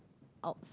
out